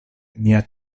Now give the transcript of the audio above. mia